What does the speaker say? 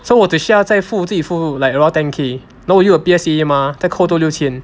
so 我只需要再付自己付 like around ten K 然后又有 P_S_A mah 再扣多六千